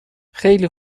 خیلی